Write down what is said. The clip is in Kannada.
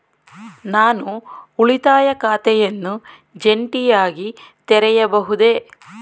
ನಾನು ಉಳಿತಾಯ ಖಾತೆಯನ್ನು ಜಂಟಿಯಾಗಿ ತೆರೆಯಬಹುದೇ?